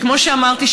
שכמו שאמרתי,